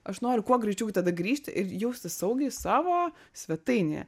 aš noriu kuo greičiau tada grįžti ir jaustis saugiai savo svetainėje